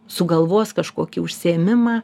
sugalvos kažkokį užsiėmimą